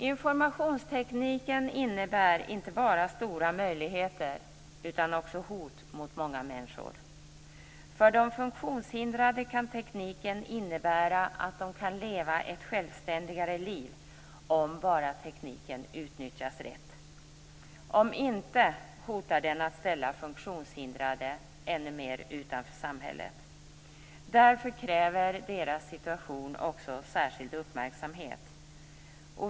Informationstekniken innebär inte bara stora möjligheter utan också hot mot många människor. För de funktionshindrade kan tekniken innebära att de kan leva ett självständigare liv om bara tekniken utnyttjas rätt. Om inte, hotar den att ställa funktionshindrade utanför samhället. Därför kräver deras situation särskild uppmärksamhet.